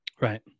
Right